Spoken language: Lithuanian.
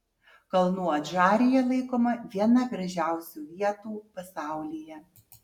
kalnų adžarija laikoma viena gražiausių vietų pasaulyje